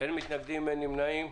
אין מתנגדים, אין נמנעים,